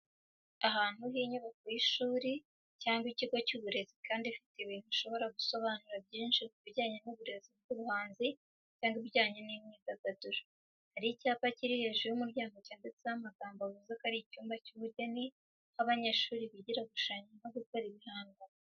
Ahantu h'inyubako y’ishuri cyangwa ikigo cy’uburezi kandi ifite ibintu bishobora gusobanura byinshi ku bijyanye n’uburezi bw’ubuhanzi cyangwa ibijyanye n’imyidagaduro. Hari icyapa kiri hejuru y'umuryango cyanditseho amagambo bivuze ko ari icyumba cy’ubugeni, aho abanyeshuri bigira gushushanya no gukora ibihangano.